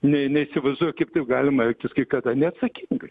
ne ne neįsivaizduoju kaip taip galima elgtis kai kada neatsakingai